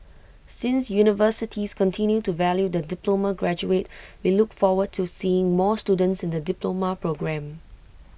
since universities continue to value the diploma graduate we look forward to seeing more students in the diploma programme